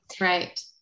Right